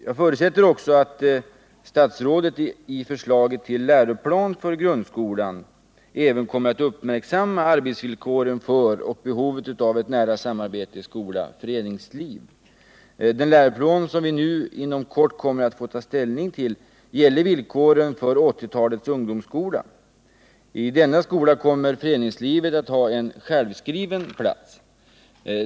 Jag förutsätter dessutom att statsrådet i förslaget till läroplan för grundskolan även kommer att uppmärksamma arbetsvillkoren för och behovet av 53 ett nära samarbete mellan skola och föreningsliv. Den läroplan som vi inom kort kommer att få ta ställning till gäller villkoren för 1980-talets ungdomsskola. I denna skola kommer föreningslivet att ha en självskriven plats.